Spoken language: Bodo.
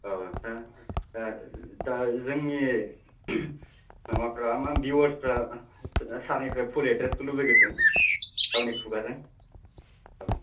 दा जोंनि भिवारसफ्रा सारनिफ्राय फुल एद्रेसखौ लुबैग्रोदों गावनि खुगाजों